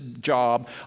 job